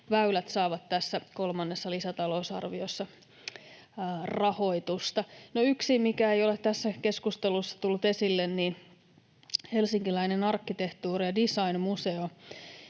väylät saavat tässä kolmannessa lisätalousarviossa rahoitusta. Yksi, mikä ei ole tässä keskustelussa tullut esille, on helsinkiläinen arkkitehtuuri- ja designmuseo,